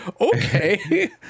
okay